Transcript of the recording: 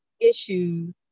issues